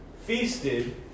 feasted